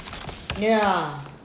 ya